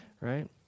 right